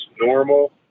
normal